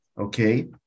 okay